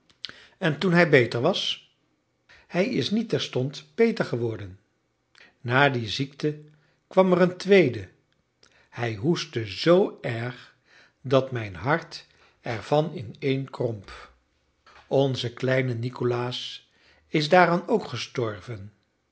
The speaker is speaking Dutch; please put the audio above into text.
en toen hij beter was hij is niet terstond beter geworden na die ziekte kwam er een tweede hij hoestte zoo erg dat mijn hart er van ineenkromp onze kleine nikolaas is daaraan ook gestorven